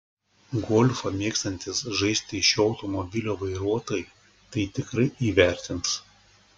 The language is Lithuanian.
golfą mėgstantys žaisti šio automobilio vairuotojai tai tikrai įvertins